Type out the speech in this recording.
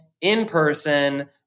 in-person